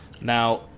Now